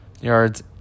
Yards